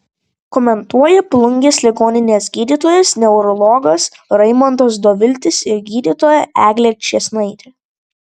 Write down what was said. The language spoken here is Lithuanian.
komentuoja plungės ligoninės gydytojas neurologas raimondas doviltis ir gydytoja eglė čėsnaitė